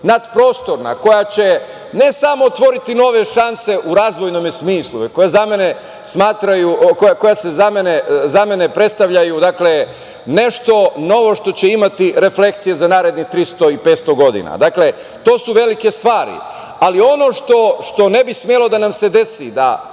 nadprostorna, koja će ne samo otvoriti nove šanse u razvojnom smislu, koje za mene predstavljaju nešto novo što će imati refleksije za narednih 300 i 500 godina. Dakle, to su velike stvari, ali ono što ne bi smelo da nam se desi da